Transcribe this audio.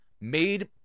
made